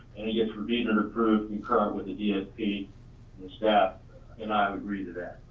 and it gets reviewed and approved concurrent with the dsp staff and i agree to that.